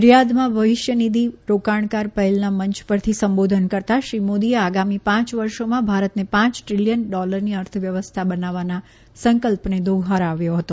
રિથાધમાં ભવિષ્યનિધિ રોકાણકાર પહેલના મંચ પરથી સંબોધન કરતા શ્રી મોદીએ આગામી પાંચ વર્ષોમાં ભારતને પાંચ દ્રિલિયન ડોલરની અર્થવ્યવસ્થા બનાવવાના સંકલ્પને દોફરાવ્યો હતો